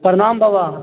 प्रणाम बाबा